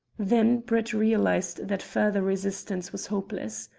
then brett realized that further resistance was hopeless.